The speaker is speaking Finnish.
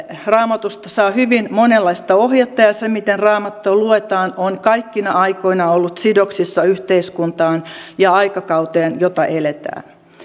raamatusta saa hyvin monenlaista ohjetta ja se miten raamattua luetaan on kaikkina aikoina ollut sidoksissa yhteiskuntaan ja aikakauteen jota eletään